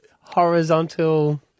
Horizontal